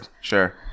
Sure